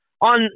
on